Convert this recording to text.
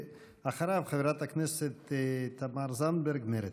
אחריו, חברת הכנסת תמר זנדברג, מרצ.